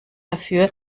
dafür